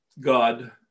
God